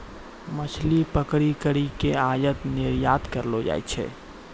मछली पकड़ी करी के आयात निरयात करलो जाय छै